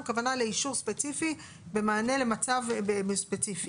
הכוונה לאישור ספציפי במענה למצב ספציפי.